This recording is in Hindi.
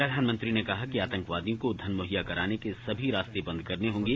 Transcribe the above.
प्रधानमंत्री ने कहा कि आतंकवादियो को धन मुहैया कराने के सभी साधन बंद करने होंगे